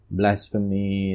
blasphemy